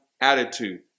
attitude